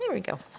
there we go!